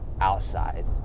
outside